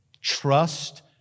Trust